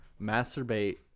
masturbate